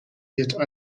yet